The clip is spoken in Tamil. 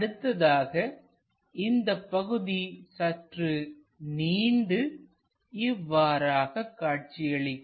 அடுத்ததாக இந்தப் பகுதி சற்று நீண்டு இவ்வாறாக காட்சியளிக்கும்